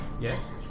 Yes